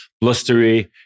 blustery